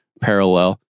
parallel